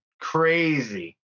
Crazy